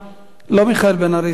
לא מיכאל בן-ארי, סליחה.